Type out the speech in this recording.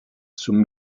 zum